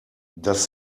das